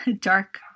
dark